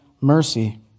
mercy